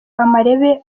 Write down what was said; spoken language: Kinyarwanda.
amarebe